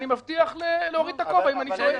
אני מבטיח להוריד את הכובע אם אני טועה.